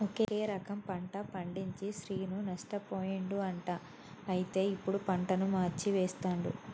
ఒకే రకం పంట పండించి శ్రీను నష్టపోయిండు అంట అయితే ఇప్పుడు పంటను మార్చి వేస్తండు